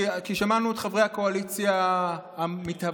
כי שמענו את חברי הקואליציה המתהווה,